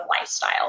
lifestyle